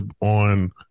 on